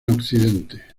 occidente